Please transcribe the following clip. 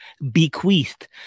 bequeathed